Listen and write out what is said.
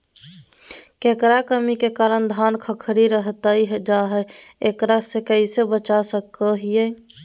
केकर कमी के कारण धान खखड़ी रहतई जा है, एकरा से कैसे बचा सको हियय?